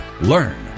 learn